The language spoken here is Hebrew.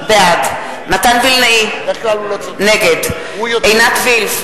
בעד מתן וילנאי, נגד עינת וילף,